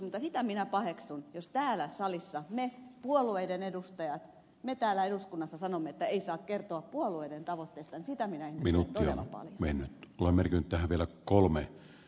mutta sitä minä paheksun jos me täällä salissa jos me puolueiden edustajat täällä eduskunnassa sanomme että ei saa kertoa puolueiden tavoitteista sitä minä ihmettelen todella paljon